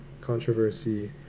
controversy